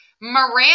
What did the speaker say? Miranda